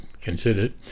considered